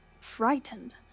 Frightened